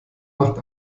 macht